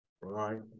right